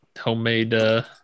homemade